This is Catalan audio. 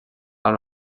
amb